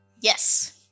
Yes